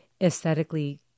aesthetically